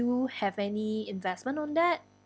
you have any investment on that